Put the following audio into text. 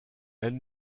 elle